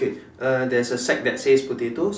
uh there's a sack that says potatoes